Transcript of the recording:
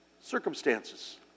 circumstances